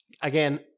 Again